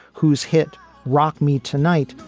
who's hit rock me tonight,